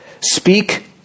Speak